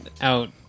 out